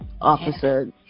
Officer